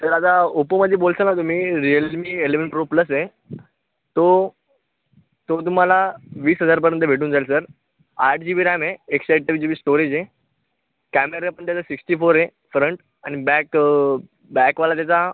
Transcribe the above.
sir आता ओप्पोमध्ये बोलसा नं तुम्ही रिअलमी इलेवन प्रो प्लस आहे तो तो तुम्हाला वीस हजारपर्यंत भेटून जाईल सर आठ जी बी रॅम आहे एकशे अठ्ठावीस जी बी स्टोरेज आहे कॅमेरापण त्याचा सिक्सटी फोर आहे फ्रंट आणि बॅक बॅकवाला त्याचा